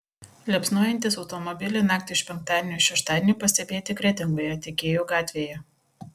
liepsnojantys automobiliai naktį iš penktadienio į šeštadienį pastebėti kretingoje tiekėjų gatvėje